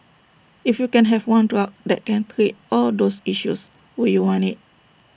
if you can have one drug that can treat all those issues would you want IT